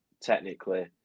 technically